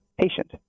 patient